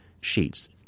sheets